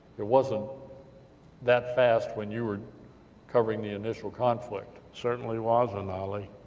it wasn't that fast when you were covering the initial conflict. certainly wasn't. and ah like